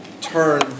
turn